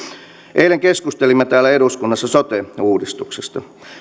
eilen keskustelimme täällä eduskunnassa sote uudistuksesta